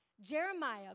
Jeremiah